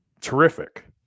terrific